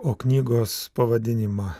o knygos pavadinimą